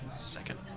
second